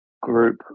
group